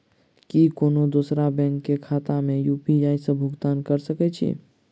की कोनो दोसरो बैंक कऽ खाता मे यु.पी.आई सऽ भुगतान कऽ सकय छी?